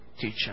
teacher